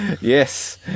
Yes